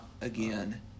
again